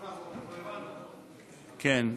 כולם כאן.